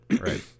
Right